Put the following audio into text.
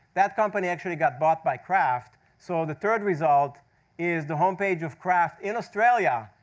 that company actually got bought by kraft, so the third result is the homepage of kraft in australia.